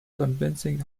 convincing